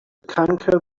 conquer